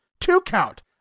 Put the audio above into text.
two-count